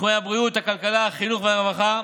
בתחומי הבריאות, הכלכלה, החינוך, הרווחה,